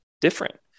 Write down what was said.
different